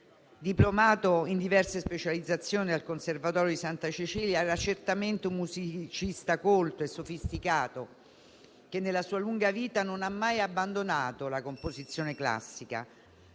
Diplomato in diverse specializzazioni al conservatorio di Santa Cecilia, era certamente un musicista colto e sofisticato che nella sua lunga vita non ha mai abbandonato la composizione classica.